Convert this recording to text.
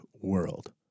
world